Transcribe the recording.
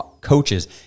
coaches